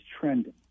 trending